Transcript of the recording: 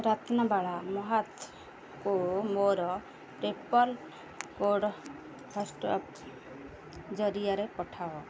ରତ୍ନବାଳା ମହାତଙ୍କୁ ମୋର PayPal code WhatsApp ଜରିଆରେ ପଠାଅ